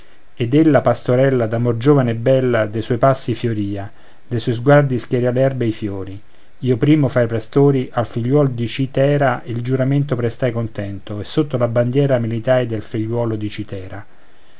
ed ella pastorella d'amor giovine e bella de suoi passi fiorìa de suoi guardi schiarìa l'erba ed i fiori io primo fra i pastori al figliuol di citera il giuramento prestai contento e sotto la bandiera militai del figliuolo di citera